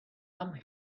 come